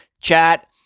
chat